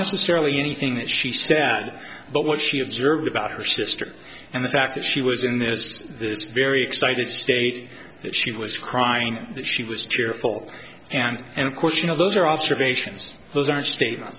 necessarily anything that she said but what she observed about her sister and the fact that she was in there's this very excited state that she was crying that she was tearful and and of course you know those are observations those are statement